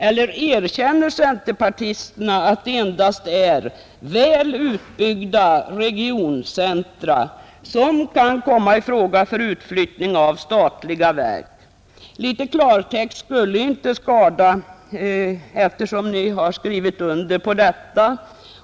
Eller erkänner centerpartisterna att det endast är väl utbyggda regioncentra som kan komma i fråga för utflyttning av statliga verk? Litet klartext skulle inte skada, eftersom ni har skrivit under på detta.